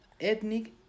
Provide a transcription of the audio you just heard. ethnic